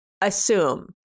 assume